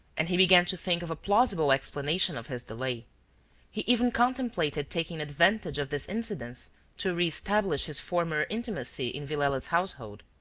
and he began to think of a plausible explanation of his delay he even contemplated taking advantage of this incident to re-establish his former intimacy in villela's household.